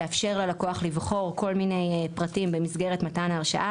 לאפשר ללקוח לבחור כל מיני פרטים במסגרת מתן הרשאה,